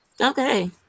okay